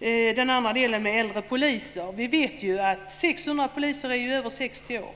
frågan om äldre poliser så vet vi att 600 poliser är över 60 år.